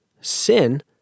Sin